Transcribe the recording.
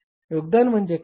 योगदान म्हणजे काय